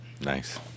Nice